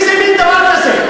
איזה מין דבר זה?